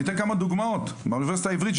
ואני אתן כמה דוגמאות מהאוניברסיטה העברית,